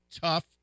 tough